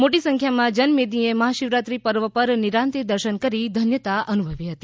મોટો સંખ્યામાં જનમેદનીએ મહાશિવરાત્રી પર્વ પર નિરાંતે દર્શન કરી ધન્યતા અનુભવી હતી